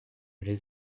les